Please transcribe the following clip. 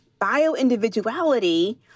Bio-individuality